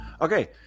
Okay